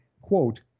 quote